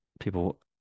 people